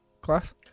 Class